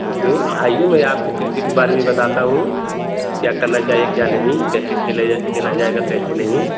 okay आइये मैं आपको क्रिकेट के बारे में बताता हूँ क्या करना चाहिए क्या नहीं कैसे कैसे खेल यह खेला जाएगा कैसे नहीं